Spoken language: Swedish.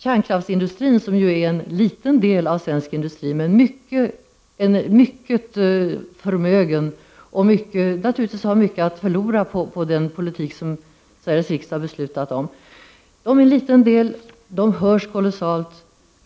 Kärnkraftsindustrin är en liten del av svensk industri, men den är mycket förmögen och har mycket att förlora på den politik som Sveriges riksdag har beslutat om. Kärnkraftsindustrin utgör en liten del, men den hörs kolossalt.